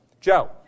Joe